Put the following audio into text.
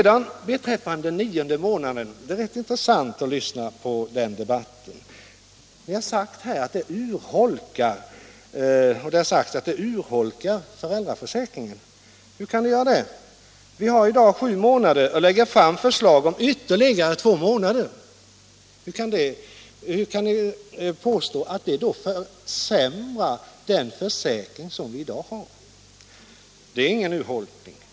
Det är rätt intressant att lyssna till debatten om den nionde månaden. Ni har sagt att förslaget urholkar föräldraförsäkringen. Vi har i dag sju månader och lägger fram ett förslag om ytterligare två månader. Hur kan ni påstå att detta försämrar försäkringen? Det är ingen urholkning.